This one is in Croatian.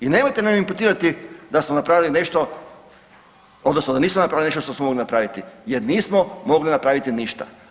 I nemojte mi imputirati da smo napravili nešto odnosno da nismo napravili nešto što smo mogli napraviti jer nismo mogli napraviti ništa.